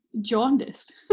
jaundiced